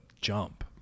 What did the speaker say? jump